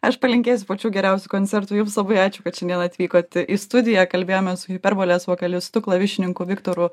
aš palinkėsiu pačių geriausių koncertų jums labai ačiū kad šiandien atvykot į studiją kalbėjomės su hiperbolė vokalistu klavišininku viktoru